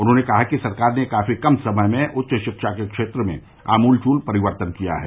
उन्होंने कहा कि सरकार ने काफी कम समय में उच्च शिक्षा के क्षेत्र में आमूलचूल परिवर्तन किया है